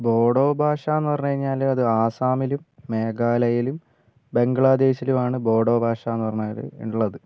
ബോഡോ ഭാഷയെന്ന് പറഞ്ഞു കഴിഞ്ഞാൽ അത് ആസ്സാമിലും മേഘാലയയിലും ബംഗ്ലാദേശിലുമാണ് ബോഡോ ഭാഷയെന്ന് പറഞ്ഞാൽ ഉള്ളത്